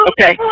Okay